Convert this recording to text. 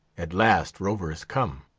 at last rover has come.